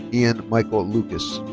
ian michael lukas.